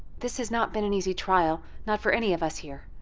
this has not been an easy trial, not for any of us here.